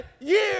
years